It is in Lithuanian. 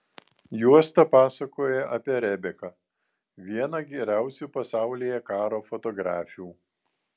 juosta pasakoja apie rebeką vieną geriausių pasaulyje karo fotografių